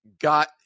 got –